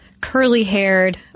curly-haired